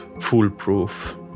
foolproof